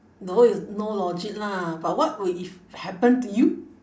know is no logic lah but what will if happen to you